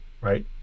right